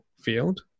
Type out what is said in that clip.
field